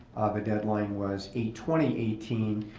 the deadline was eight twenty eighteen.